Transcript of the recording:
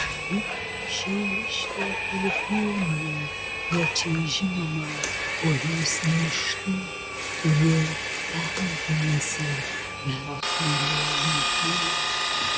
juk šiauliškė polifonija plačiai žinoma o jūs ne iš tų kurie tenkinasi bet kuriuo lygiu